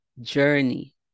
journey